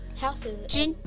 houses